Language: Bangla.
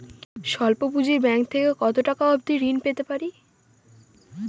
স্বল্প পুঁজির ব্যাংক থেকে কত টাকা অবধি ঋণ পেতে পারি?